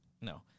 No